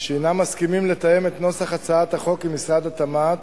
שהם מסכימים לתאם את נוסח הצעת החוק עם משרד התמ"ת,